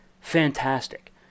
Fantastic